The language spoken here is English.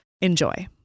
Enjoy